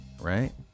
right